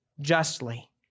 justly